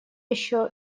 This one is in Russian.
еще